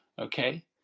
okay